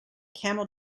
camel